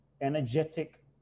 energetic